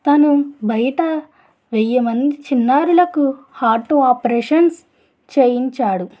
తను బయట వెయ్యి మంది చిన్నారులకు హార్ట్ ఆపరేషన్స్ చేయించాడు